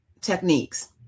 techniques